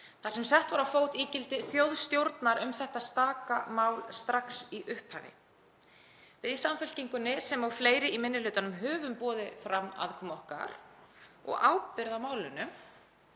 þar sem sett var á fót ígildi þjóðstjórnar um þetta staka mál strax í upphafi. Við í Samfylkingunni, sem og fleiri í minni hlutanum, höfum boðið fram aðkomu okkar og ábyrgð á málinu.